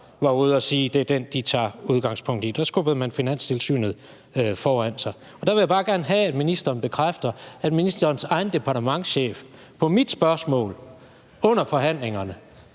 var ude at sige, at det er den, de tager udgangspunkt i; der skubbede man Finanstilsynet foran sig. Der vil jeg bare gerne have, at ministeren bekræfter, at ministerens egen departementschef på mit spørgsmål under forhandlingerne